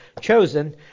chosen